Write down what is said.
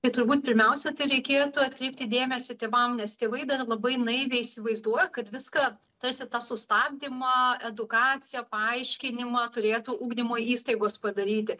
tai turbūt pirmiausia reikėtų atkreipti dėmesį tėvam nes tėvai dar labai naiviai įsivaizduoja kad viską tarsi tą sustabdymą edukaciją paaiškinimą turėtų ugdymo įstaigos padaryti